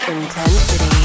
Intensity